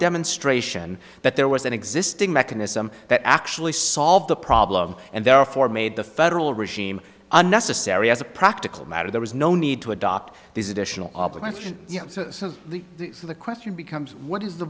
demonstration that there was an existing mechanism that actually solved the problem and therefore made the federal regime unnecessary as a practical matter there was no need to adopt these additional obligations so the question becomes what is the